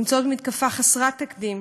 נמצאות במתקפה חסרת תקדים,